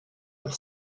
leur